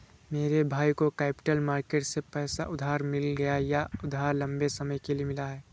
मेरे भाई को कैपिटल मार्केट से पैसा उधार मिल गया यह उधार लम्बे समय के लिए मिला है